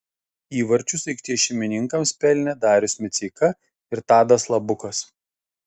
įvarčius aikštės šeimininkams pelnė darius miceika ir tadas labukas